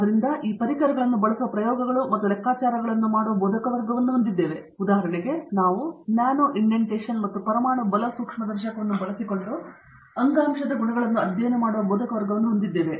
ಆದ್ದರಿಂದ ನಾವು ಈ ಪರಿಕರಗಳನ್ನು ಬಳಸುವ ಪ್ರಯೋಗಗಳು ಮತ್ತು ಲೆಕ್ಕಾಚಾರಗಳನ್ನು ಮಾಡುವ ಬೋಧಕವರ್ಗವನ್ನು ಹೊಂದಿದ್ದೇವೆ ಉದಾಹರಣೆಗೆ ನಾವು ನ್ಯಾನೋ ಇಂಡೆಂಟೇಷನ್ ಮತ್ತು ಪರಮಾಣು ಬಲ ಸೂಕ್ಷ್ಮದರ್ಶಕವನ್ನು ಬಳಸಿಕೊಂಡು ಅಂಗಾಂಶದ ಗುಣಗಳನ್ನು ಅಧ್ಯಯನ ಮಾಡುವ ಬೋಧಕವರ್ಗವನ್ನು ಹೊಂದಿದ್ದೇವೆ